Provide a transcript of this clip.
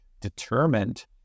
determined